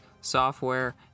software